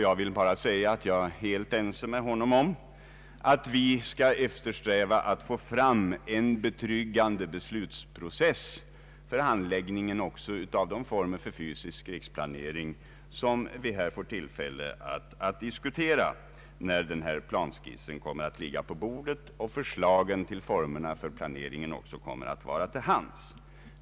Jag är helt ense med honom om att vi skall eftersiräva att få fram en betryggande demokratisk beslutsprocess för handläggningen också av de former för fysisk riksplanering som vi får tillfälle att diskutera när planskissen ligger på riksdagens bord och även förslagen till formerna för planeringen kommer att finnas till bands.